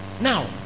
Now